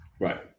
Right